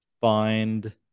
find